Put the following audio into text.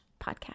podcast